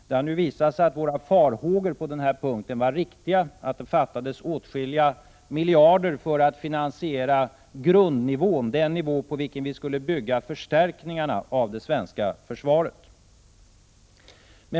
Det har nu visat sig att våra farhågor på denna punkt var riktiga. Det fattades åtskilliga miljarder för att finansiera grundnivån, den nivå på vilken vi skulle bygga förstärkningarna av det svenska försvaret.